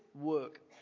work